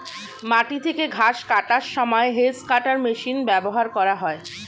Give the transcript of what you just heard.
মাটি থেকে ঘাস কাটার সময় হেজ্ কাটার মেশিন ব্যবহার করা হয়